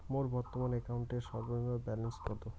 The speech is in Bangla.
মোর বর্তমান অ্যাকাউন্টের সর্বনিম্ন ব্যালেন্স কত?